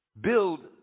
build